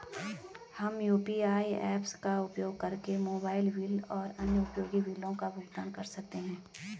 हम UPI apps का उपयोग करके मोबाइल बिल और अन्य उपयोगी बिलों का भुगतान कर सकते हैं